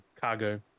Cargo